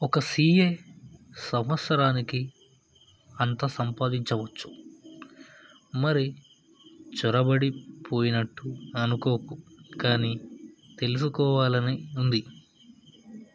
ఒక సీఏ సంవత్సరానికి అంత సంపాదించవచ్చు మరీ చొరబడి పోయినట్టు అనుకోకు కానీ తెలుసుకోవాలని ఉంది